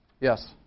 yes